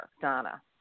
Donna